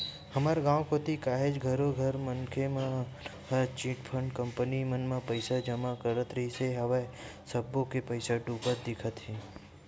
हमर गाँव कोती काहेच घरों घर मनसे मन ह चिटफंड कंपनी मन म पइसा जमा करत रिहिन हवय सब्बो के पइसा डूबत दिखत हे